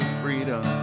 freedom